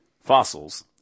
Fossils